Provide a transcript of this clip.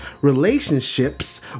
relationships